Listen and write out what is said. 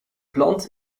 plant